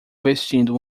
vestindo